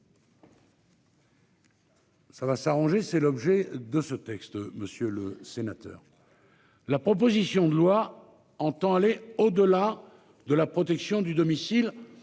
Ça va s'arranger. C'est l'objet de ce texte, monsieur le sénateur. La proposition de loi entend aller au-delà de la protection du domicile